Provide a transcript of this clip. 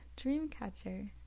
Dreamcatcher